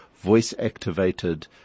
voice-activated